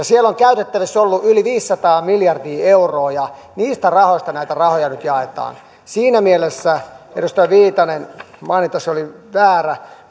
siellä on käytettävissä ollut yli viisisataa miljardia euroa ja niistä rahoista näitä rahoja nyt jaetaan siinä mielessä edustaja viitanen mainintasi oli väärä